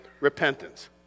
repentance